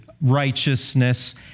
righteousness